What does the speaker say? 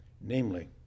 namely